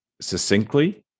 succinctly